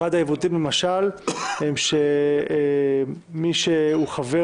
אחד העיוותים הוא למשל שמי שהוא חבר